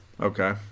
Okay